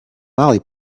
molly